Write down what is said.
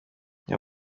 iyo